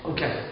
Okay